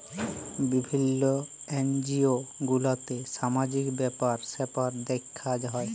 বিভিল্য এনজিও গুলাতে সামাজিক ব্যাপার স্যাপার দ্যেখা হ্যয়